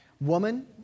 woman